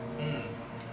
mm